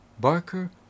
Barker